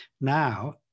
Now